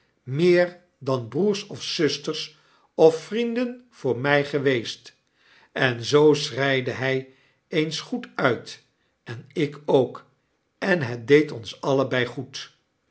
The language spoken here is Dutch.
meer an broers of zusters of vrienden voor my geweest en zoo schreide hy eens goed uit en ik ook en het deed ons allebei goed